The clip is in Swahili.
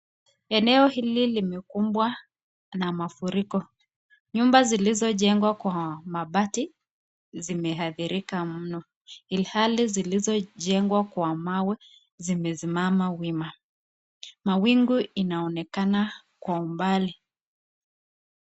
Eneo hili limekumbwa na mafuriko. Nyumba zilizojengwa kwa mabati zimehadhirika mno, ilhali zilizojengwa kwa mawe zimesimama wima. Mawingu inaonekana kwa umbali.